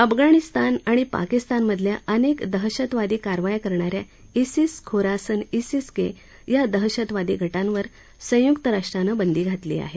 अफगाणिस्तान आणि पाकिस्तानमधल्या अनेक दहशतवादी कारवाया करणाऱ्या श्रिस खोरासन श्रिस के या दहशतवादी गटांवर संयुक राष्ट्रानं बंदी घातली आहे